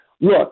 look